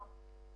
תדעו את זה.